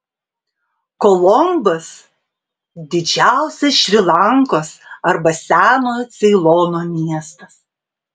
kolombas didžiausias šri lankos arba senojo ceilono miestas